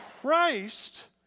Christ